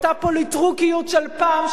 אותה פוליטרוקיות של פעם,